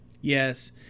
Yes